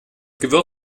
gewirr